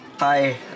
Hi